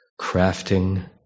crafting